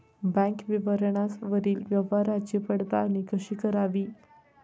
Bank विवरणावरील व्यवहाराची पडताळणी कशी करावी?